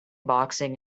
boxing